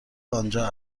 آنجا